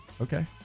Okay